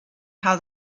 how